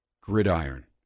gridiron